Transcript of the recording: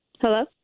Hello